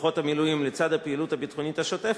כוחות המילואים לצד הפעילות הביטחונית השוטפת,